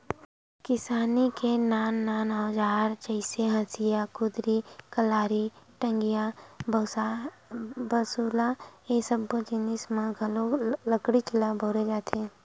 किसानी के अउ नान नान अउजार जइसे हँसिया, कुदारी, कलारी, टंगिया, बसूला ए सब्बो जिनिस म घलो लकड़ीच ल बउरे जाथे